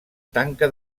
tanca